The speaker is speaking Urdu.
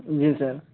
جی سر